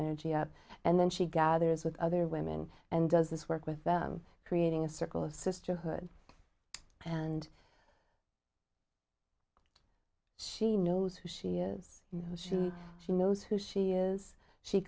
energy and then she gathers with other women and does this work with them creating a circle of sisterhood and she knows who she is she she knows who she is she